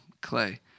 clay